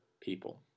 people